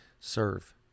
serve